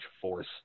force